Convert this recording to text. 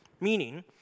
meaning